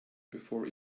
before